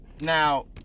Now